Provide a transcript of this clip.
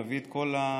ולהביא את כל הגורמים,